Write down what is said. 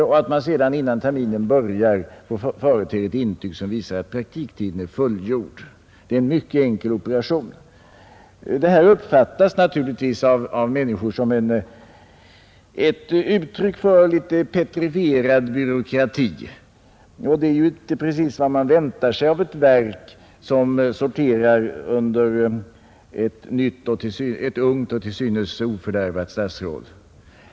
Sedan får de innan vårterminen börjar förete ett intyg om att praktiktiden är fullgjord. Det är en mycket enkel operation. Den ordning som nu gäller uppfattas naturligtvis av de berörda som ett uttryck för en litet petrifierad byråkrati, och det är ju inte precis vad man väntar sig av ett verk som sorterar under ett ungt och till synes ofördärvat statsråd.